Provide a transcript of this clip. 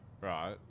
right